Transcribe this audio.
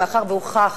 מאחר שהוכח